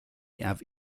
have